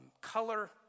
color